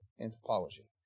anthropology